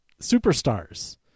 superstars